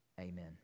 Amen